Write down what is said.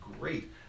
great